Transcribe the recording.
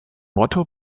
motto